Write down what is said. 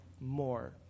more